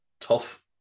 tough